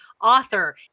author